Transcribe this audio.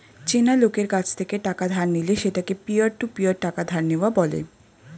চেনা লোকের কাছ থেকে টাকা ধার নিলে সেটাকে পিয়ার টু পিয়ার টাকা ধার নেওয়া বলে